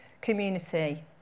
community